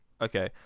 Okay